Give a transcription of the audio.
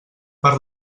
per